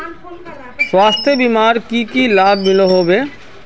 स्वास्थ्य बीमार की की लाभ मिलोहो होबे?